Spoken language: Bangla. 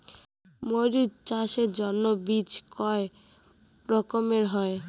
মরিচ চাষের জন্য বীজ কয় রকমের হয়?